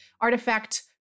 artifact